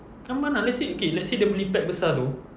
come on lah let's say okay let's say dia beli pack besar itu